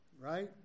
Right